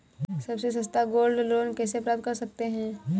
सबसे सस्ता gold loan कैसे प्राप्त कर सकते हैं?